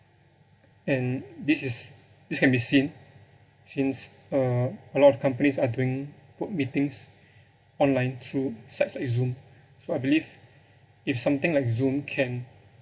and this is this can be seen since uh a lot of companies are doing work meetings online through sites like zoom so I believe if something like zoom can